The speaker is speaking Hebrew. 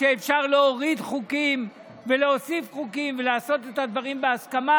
שאפשר להוריד חוקים ולהוסיף חוקים ולעשות את הדברים בהסכמה,